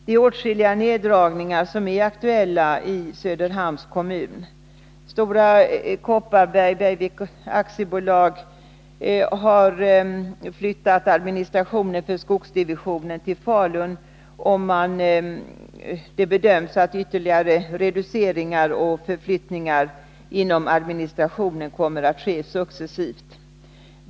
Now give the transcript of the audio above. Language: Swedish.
Det är åtskilliga neddragningar som är aktuella i Söderhamns kommun. Stora Kopparbergs Bergvik och Ala AB har flyttat administrationen för skogsdivisionen till Falun. Det bedöms att ytterligare reduceringar och förflyttningar inom administrationen kommer att ske successivt.